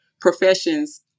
professions